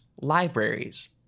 libraries